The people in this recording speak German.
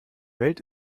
welt